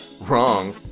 wrong